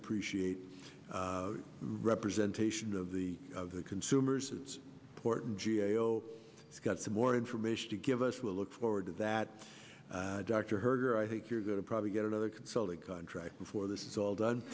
appreciate representation of the of the consumers it's important g a o it's got some more information to give us we'll look forward to that doctor hurry or i think you're going to probably get another consulting contract before this is all done